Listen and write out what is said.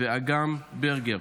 ואגם ברגר.